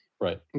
Right